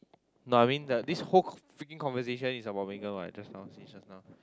no I mean the this whole freaking conversation is about Megan what just now since just now